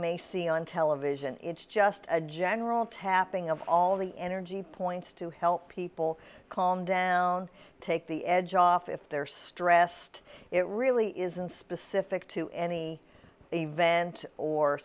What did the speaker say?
may see on television it's just a general tapping of all the energy points to help people calm down take the edge off if they're stressed it really isn't specific to any event or